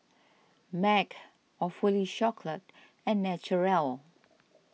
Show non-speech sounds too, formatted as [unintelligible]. Mag Awfully [unintelligible] and Naturel